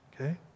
okay